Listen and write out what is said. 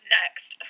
next